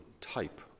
type